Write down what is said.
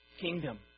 kingdom